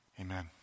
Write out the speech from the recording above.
amen